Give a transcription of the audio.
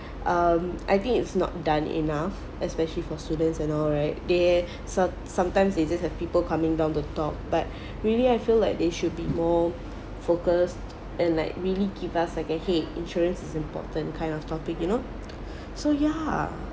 um I think it's not done enough especially for students and all right they some sometimes they just have people coming down to talk but really I feel like they should be more focused and like really give us like a !hey! insurance is important kind of topic you know so ya